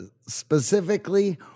specifically